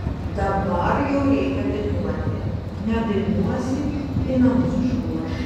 dabar jau reikia dainuoti nedainuosi į namus išruoš